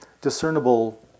discernible